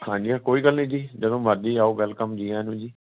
ਹਾਂਜੀ ਹਾਂ ਕੋਈ ਗੱਲ ਨਹੀਂ ਜੀ ਜਦੋਂ ਮਰਜ਼ੀ ਆਓ ਵੈਲਕਮ ਜੀ ਆਇਆ ਨੂੰ ਜੀ